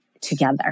together